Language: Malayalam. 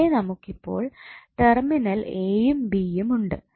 ഇവിടെ നമുക്കിപ്പോൾ ടെർമിനൽ എയും ബിയും ഉണ്ട്